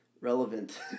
Relevant